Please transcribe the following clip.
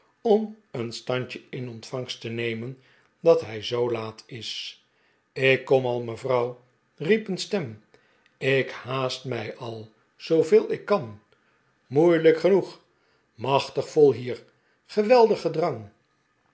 om een standje in ontvangst te nemen dat hij zoo laat is ik kom al mevrouw riep een stem ik haast mij al zooveel ik kan moeilijk genoeg machtig vol hier geweldig gedrang